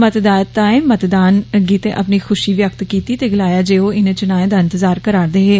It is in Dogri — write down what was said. मतदाताए मतदान गिते अपनी खुशी वक्त किती ते गलाया जे ओ इनें चुनाए दा इंतजार करारे दे हे